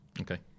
Okay